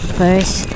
first